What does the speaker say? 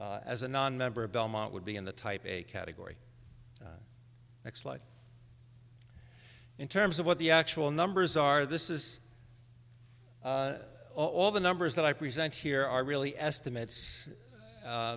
as a nonmember belmont would be in the type a category in terms of what the actual numbers are this is all the numbers that i present here are really estimates